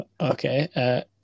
Okay